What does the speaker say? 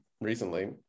recently